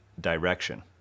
direction